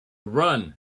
run